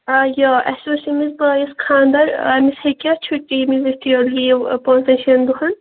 آ یہِ اَسہِ اوس أمِس بایِس خانٛدر أمِس ہیٚکیٛاہ چھُٹی میٖلِتھ یہِ لیٖو پانٛژن شیٚن دۅہن